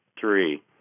Three